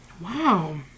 Wow